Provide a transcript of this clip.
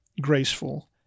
graceful